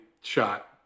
shot